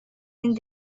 این